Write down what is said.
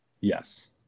Yes